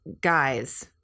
guys